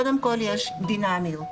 קודם כל יש דינמיות,